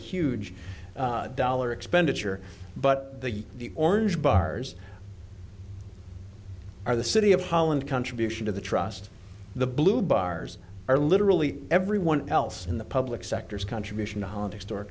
huge dollar expenditure but the orange bars are the city of holland contribution to the trust the blue bars are literally everyone else in the public sectors contribution holiday store